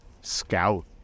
scout